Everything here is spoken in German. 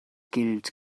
gilt